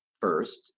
first